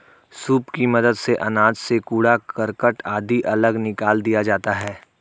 soup की मदद से अनाज से कूड़ा करकट आदि अलग निकाल दिया जाता है